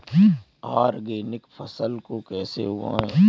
Organic फसल को कैसे उगाएँ?